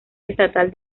estatal